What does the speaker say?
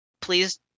please